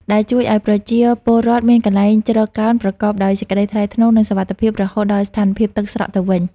ដែលជួយឱ្យប្រជាពលរដ្ឋមានកន្លែងជ្រកកោនប្រកបដោយសេចក្តីថ្លៃថ្នូរ និងសុវត្ថិភាពរហូតដល់ស្ថានភាពទឹកស្រកទៅវិញ។